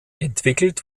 entwickelt